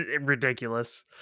ridiculous